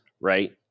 right